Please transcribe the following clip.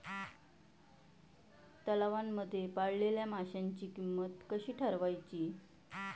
तलावांमध्ये पाळलेल्या माशांची किंमत कशी ठरवायची?